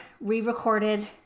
re-recorded